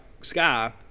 sky